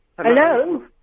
Hello